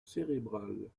cérébrale